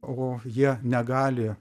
o jie negali